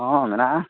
ᱦᱮᱸ ᱢᱮᱱᱟᱜᱼᱟ